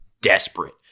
desperate